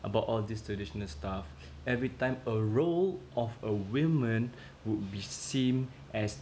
about all this traditional stuff every time a role of a women would be seen as